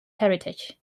heritage